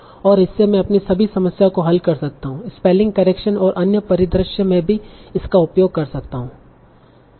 और इससे मैं अपनी सभी समस्याओं को हल कर सकता हूं Refer Time 2102 स्पेलिंग करेक्शन और अन्य परिदृश्य में भी इसका उपयोग कर सकता है